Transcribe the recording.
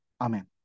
Amen